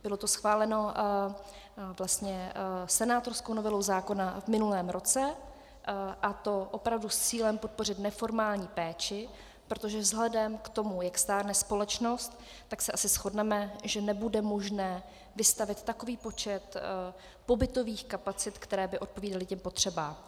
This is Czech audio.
Bylo to schváleno senátorskou novelou zákona v minulém roce, a to opravdu s cílem podpořit neformální péči, protože vzhledem k tomu, jak stárne společnost, tak se asi shodneme, že nebude možné vystavět takový počet pobytových kapacit, které by odpovídaly těm potřebám.